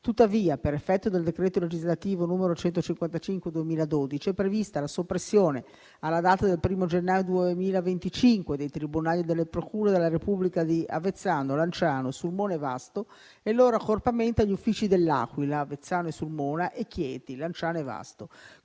tuttavia, per effetto del decreto legislativo n. 155 del 2012, è prevista la soppressione, alla data dell'1° gennaio 2025, dei tribunali e delle procure della Repubblica di Avezzano, Lanciano, Sulmona e Vasto e il loro accorpamento agli uffici dell'Aquila (Avezzano e Sulmona) e Chieti (Lanciano e Vasto).